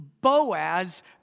Boaz